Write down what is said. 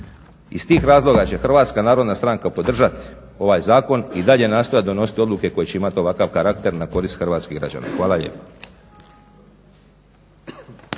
Iz tih razloga će Hrvatska narodna stranka podržati ovaj zakon i dalje nastojati donositi odluke koje će imati ovakav karakter na korist hrvatskih građana. Hvala lijepa.